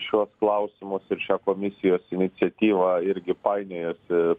šiuos klausimus ir šią komisijos iniciatyvą irgi painiojosi